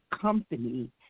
company